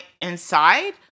inside